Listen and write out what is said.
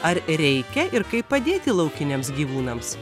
ar reikia ir kaip padėti laukiniams gyvūnams